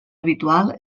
habitual